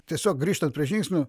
tiesiog grįžtant prie žingsnių